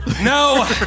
No